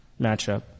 matchup